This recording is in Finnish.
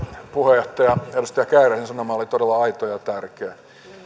puheenjohtaja edustaja kääriäisen sanoma oli todella aito ja tärkeä